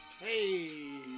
hey